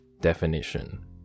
Definition